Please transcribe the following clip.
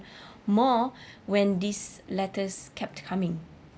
more when these letters kept coming